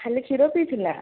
ଖାଲି କ୍ଷୀର ପିଇଥିଲା